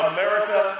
America